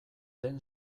den